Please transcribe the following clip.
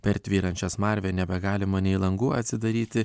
per tvyrančią smarvę nebegalima nei langų atsidaryti